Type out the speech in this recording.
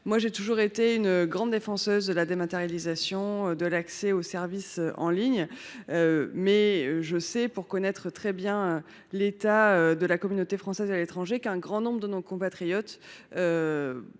J’ai toujours été une grande défenseuse de la dématérialisation et de l’accès aux services en ligne, mais je sais, pour bien connaître la communauté française à l’étranger, qu’un grand nombre de nos compatriotes